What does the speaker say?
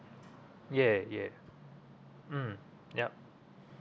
yeah yeah mm yup